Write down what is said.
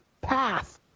path